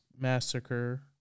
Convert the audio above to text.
Massacre